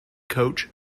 coach